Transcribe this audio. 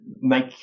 make